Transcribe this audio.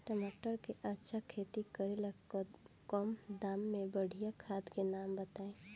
टमाटर के अच्छा खेती करेला कम दाम मे बढ़िया खाद के नाम बताई?